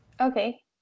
Okay